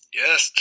yes